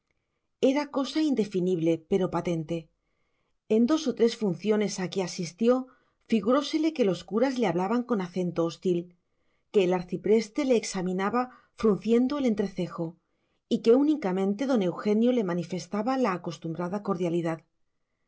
era cosa indefinible pero patente en dos o tres funciones a que asistió figurósele que los curas le hablaban con acento hostil que el arcipreste le examinaba frunciendo el entrecejo y que únicamente don eugenio le manifestaba la acostumbrada cordialidad